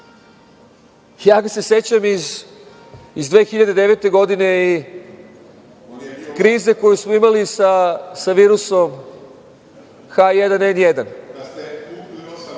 Ja ga se sećam iz 2009. godine i krize koju smo imali sa virus H1N1,